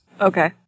Okay